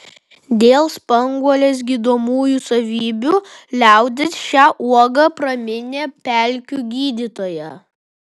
dėl spanguolės gydomųjų savybių liaudis šią uogą praminė pelkių gydytoja